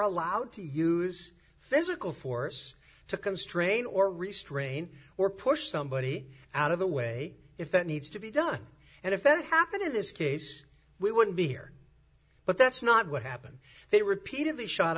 allowed to use physical force to constrain or restrain or push somebody out of the way if that needs to be done and if that happened in this case we wouldn't be here but that's not what happened they repeatedly shot